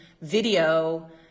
video